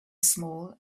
small